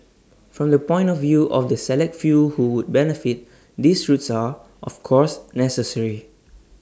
from the point of view of the select few who would benefit these routes are of course necessary